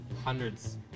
hundreds